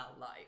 life